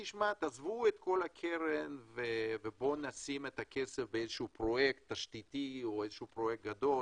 תעזבו את הקרן נשים את הכסף בפרויקט גדול,